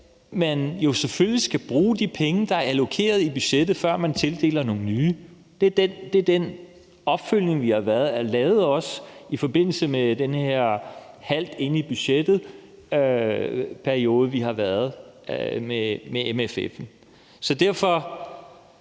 jo selvfølgelig skal bruge de penge, der er allokeret i budgettet, før man tildeler nogle nye. Det er også den opfølgning, vi har lavet i forbindelse med den her periode, som vi har været igennem, hvor